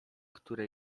które